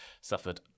suffered